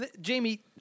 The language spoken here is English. Jamie